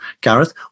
Gareth